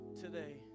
today